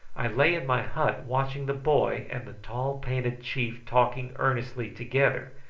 i lay in my hut watching the boy and the tall painted chief talking earnestly together,